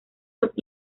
los